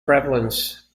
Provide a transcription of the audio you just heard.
prevalence